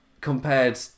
Compared